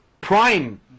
prime